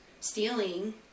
stealing